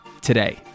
today